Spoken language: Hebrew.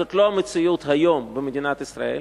זאת לא המציאות היום במדינת ישראל,